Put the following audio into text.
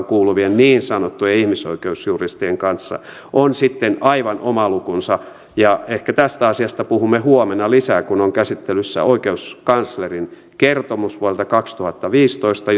kuuluvien niin sanottujen ihmisoikeusjuristien kanssa on sitten aivan oma lukunsa ehkä tästä asiasta puhumme huomenna lisää kun on käsittelyssä oikeuskanslerin kertomus vuodelta kaksituhattaviisitoista